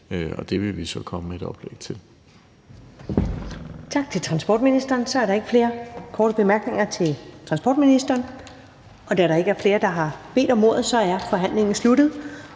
Første næstformand (Karen Ellemann): Tak til transportministeren. Så er der ikke flere korte bemærkninger til transportministeren. Da der ikke er flere, der har bedt om ordet, er forhandlingen sluttet.